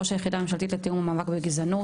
ראש היחידה הממשלתית לתיאום המאבק בגזענות.